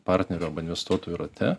partnerių investuotojų rate